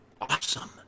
awesome